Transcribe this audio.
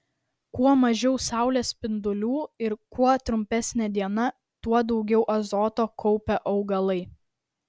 kuo mažiau saulės spindulių ir kuo trumpesnė diena tuo daugiau azoto kaupia augalai